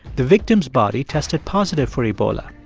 the victim's body tested positive for ebola.